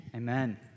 Amen